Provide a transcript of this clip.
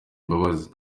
mbabazi